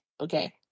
okay